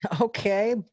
Okay